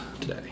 today